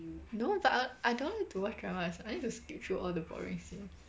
no but I I don't want to watch drama I I need to skip through all the boring scenes